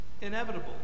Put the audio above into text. inevitable